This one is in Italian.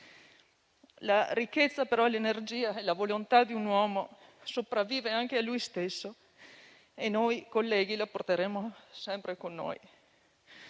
La ricchezza, l'energia e la volontà di un uomo, però, sopravvivono anche a lui stesso. Noi colleghi lo porteremo sempre con noi.